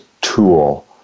tool